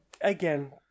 Again